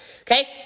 okay